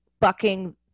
bucking